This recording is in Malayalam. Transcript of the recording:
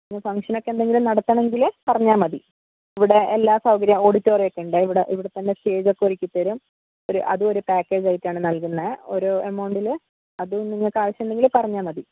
ഫംഗ്ഷൻ ഒക്കെ എന്തെങ്കിലും നടത്തണമെങ്കിൽ പറഞ്ഞാമതി ഇവിടെ എല്ലാ സൗകര്യം ഓഡിറ്റോറിയം ഒക്കെ ഉണ്ട് ഇവിടെ ഇവിടെത്തന്നെ സ്റ്റേജ് ഒക്കെ ഒരുക്കി തരും ഒരു അതും ഒരു പാക്കേജ് ആയിട്ടാണ് നൽകുന്നത് ഒരു എമൗണ്ടിൽ അത് നിങ്ങൾക്ക് ആവശ്യം ഉണ്ടെങ്കിൽ പറഞ്ഞാൽ മതി